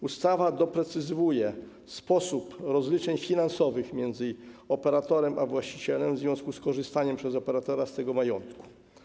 Ustawa doprecyzowuje sposób rozliczeń finansowych między operatorem a właścicielem w związku z korzystaniem przez operatora z tego majątku.